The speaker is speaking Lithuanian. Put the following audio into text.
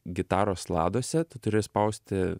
gitaros ladose tu turi spausti